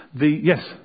yes